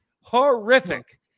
Horrific